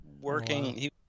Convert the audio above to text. working